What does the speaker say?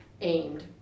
aimed